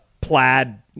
plaid